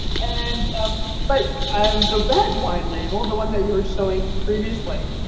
and um but um the red wine label, the one that you were showing previously